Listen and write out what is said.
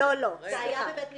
זה היה בבית משפט.